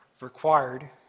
required